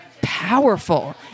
powerful